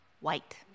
white